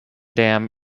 dam